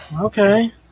Okay